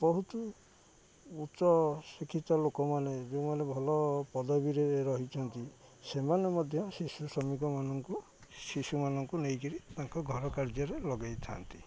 ବହୁତ ଉଚ୍ଚ ଶିକ୍ଷିତ ଲୋକମାନେ ଯେଉଁମାନେ ଭଲ ପଦବୀରେ ରହିଛନ୍ତି ସେମାନେ ମଧ୍ୟ ଶିଶୁ ଶ୍ରମିକମାନଙ୍କୁ ଶିଶୁମାନଙ୍କୁ ନେଇକିରି ତାଙ୍କ ଘର କାର୍ଯ୍ୟରେ ଲଗେଇଥାନ୍ତି